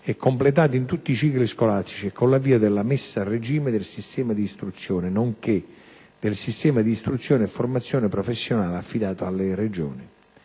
e completata in tutti i cicli scolastici e con l'avvio della messa a regime del sistema di istruzione, nonché del sistema di istruzione e formazione professionale, affidato alle Regioni.